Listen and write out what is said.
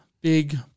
big